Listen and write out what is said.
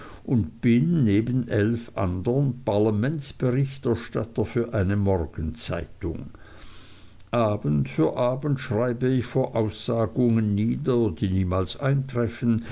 und bin neben elf andern parlamentberichterstatter für eine morgenzeitung abend für abend schreibe ich voraussagungen nieder die niemals eintreffen